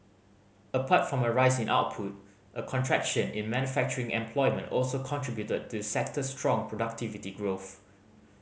apart from a rise in output a contraction in manufacturing employment also contributed to the sector's strong productivity growth